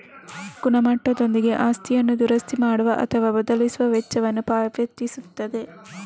ಗುಣಮಟ್ಟದೊಂದಿಗೆ ಆಸ್ತಿಯನ್ನು ದುರಸ್ತಿ ಮಾಡುವ ಅಥವಾ ಬದಲಿಸುವ ವೆಚ್ಚವನ್ನು ಪಾವತಿಸುತ್ತದೆ